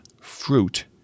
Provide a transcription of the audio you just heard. fruit